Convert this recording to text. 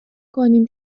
کنیم